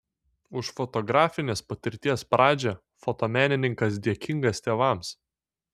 už fotografinės patirties pradžią fotomenininkas dėkingas tėvams